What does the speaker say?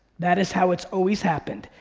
that is how it's always happened.